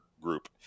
group